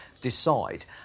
decide